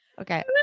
okay